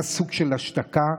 היה סוג של השתקה,